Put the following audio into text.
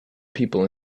people